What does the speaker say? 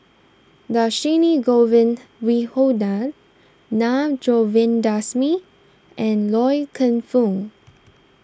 Dhershini Govin Winodan Naa Govindasamy and Loy Keng Foo